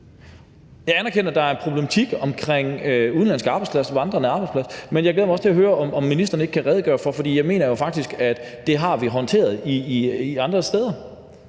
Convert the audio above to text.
Jeg anerkender, at der er en problematik omkring udenlandske arbejdspladser, vandrende arbejdstagere, men jeg glæder mig også til at høre, om ministeren ikke kan redegøre for det. For jeg mener jo faktisk, at det har vi håndteret andre steder.